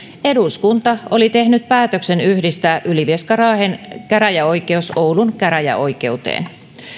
eduskunta oli tehnyt päätöksen yhdistää ylivieska raahen käräjäoikeus oulun käräjäoikeuteen